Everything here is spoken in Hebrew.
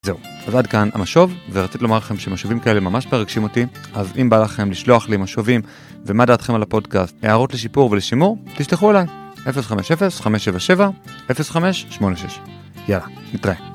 זהו, אז עד כאן המשוב, ורציתי לומר לכם שמשובים כאלה ממש מרגשים אותי, אז אם בא לכם לשלוח לי משובים, ומה דעתכם על הפודקאסט, הערות לשיפור ולשימור, תשלכו אליי, 050-577-0586. יאללה, נתראה.